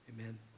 amen